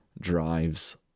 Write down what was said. drives